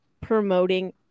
promoting